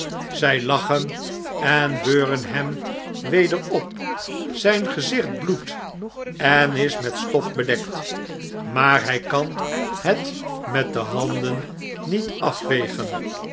zjj lachen en beurfcn hem weder op zyn gezicht bloedt en is met stof bedekt maar hjj kan het met de handen niet afvegen